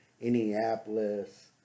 Indianapolis